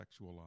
sexualized